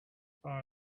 far